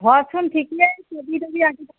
ঘৰতচোন ঠিকেই ছবি তবি